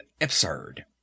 absurd